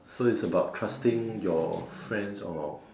so is about trusting your friends or